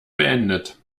beendet